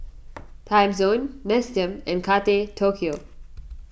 Timezone Nestum and Kate Tokyo